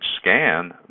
scan